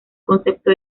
concepto